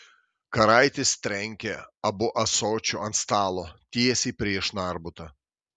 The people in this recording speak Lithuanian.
karaitis trenkė abu ąsočiu ant stalo tiesiai prieš narbutą